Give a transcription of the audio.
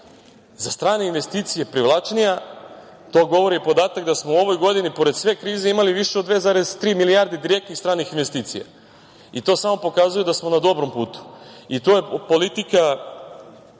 za strane investicije, privlačenja. To govori podatak da smo u ovoj godini pored sve krize imali više od 2,3 milijarde direktnih stranih investicija. To samo pokazuje da smo na dobrom putu. To je politika